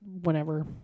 whenever